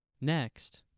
Next